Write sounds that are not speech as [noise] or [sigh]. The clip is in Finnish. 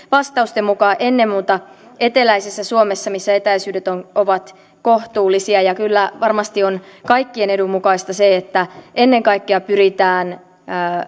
[unintelligible] vastausten mukaan näin on ennen muuta eteläisessä suomessa missä etäisyydet ovat kohtuullisia kyllä varmasti on kaikkien edun mukaista se että ennen kaikkea pyritään